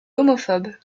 homophobe